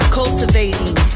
cultivating